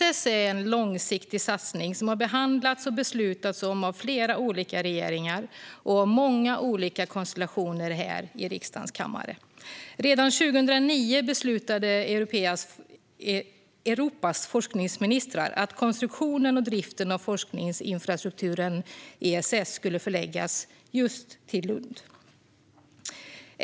ESS är en långsiktig satsning som har behandlats och beslutats om av flera olika regeringar och många olika konstellationer här i riksdagens kammare. Redan 2009 beslutade Europas forskningsministrar att konstruktionen och driften av forskningsinfrastrukturen ESS skulle förläggas just till Lund.